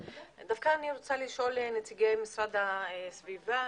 רוצה לשאול את נציגי המשרד להגנת הסביבה,